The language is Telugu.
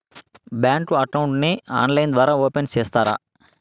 బ్యాంకు అకౌంట్ ని ఆన్లైన్ ద్వారా ఓపెన్ సేస్తారా?